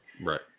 Right